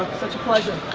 such a pleasure.